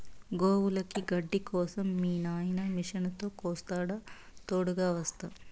గోవులకి గడ్డి కోసం మీ నాయిన మిషనుతో కోస్తాడా తోడుగ వస్తా